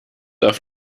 auf